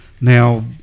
now